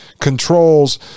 controls